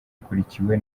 akurikiwe